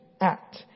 act